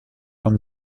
vom